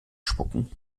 spucken